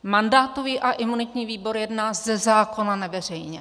Mandátový a imunitní výbor jedná ze zákona neveřejně.